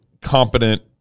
competent